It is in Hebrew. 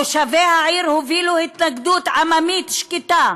תושבי העיר הובילו התנגדות עממית שקטה,